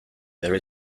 there